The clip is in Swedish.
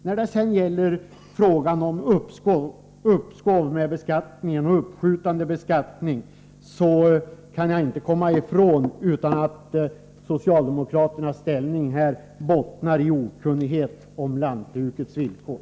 När det sedan gäller frågan om uppskov med beskattningen kan man inte komma ifrån att socialdemokraternas ställningstagande bottnar i okunnighet om lantbrukets villkor.